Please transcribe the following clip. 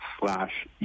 slash